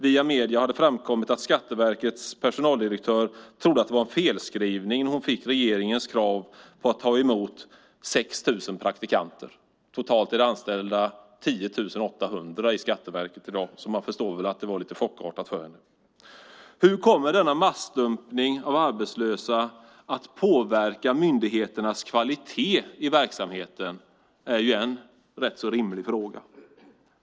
Via medierna har det framkommit att Skatteverkets personaldirektör trodde att det var en felskrivning när hon fick regeringens krav på att ta emot 6 000 praktikanter. Totalt är 10 800 anställda i Skatteverket i dag, så man förstår att det var chockartat för henne. Hur kommer denna massdumpning av arbetslösa att påverka myndigheternas kvalitet i verksamheten? Det är en rimlig fråga.